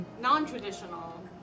non-traditional